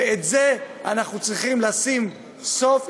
ולזה אנחנו צריכים לשים סוף,